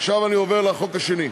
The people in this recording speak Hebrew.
עכשיו אני עובר לחוק השני: